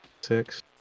Six